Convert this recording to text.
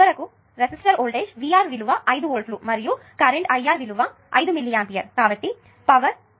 చివరకు resistor voltage VR విలువ 5 వోల్ట్లు మరియు కరెంట్ IR విలువ 5 మిల్లీ ఆంపియర్